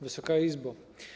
Wysoka Izbo!